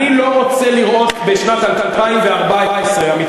אני לא רוצה לראות בשנת 2014 המתקרבת,